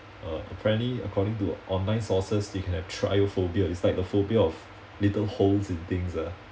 uh apparently according to online sources they can have trypophobia is like the phobia of little holes in things ah